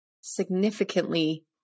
significantly